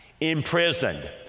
imprisoned